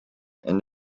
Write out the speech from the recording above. and